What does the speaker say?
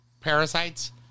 parasites